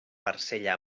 barcella